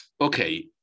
okay